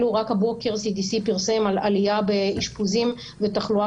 רק הבוקר CDC פרסם על עלייה באשפוזים ותחלואה